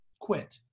quit